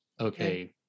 okay